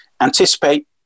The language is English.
anticipate